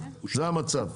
וזה המצב,